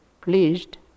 pleased